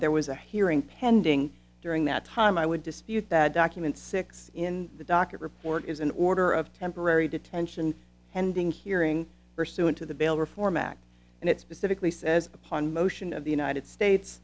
there was a hearing pending during that time i would dispute that document six in the docket report is an order of temporary detention pending hearing pursuant to the bail reform act and it specifically says upon motion of the united states